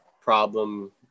problem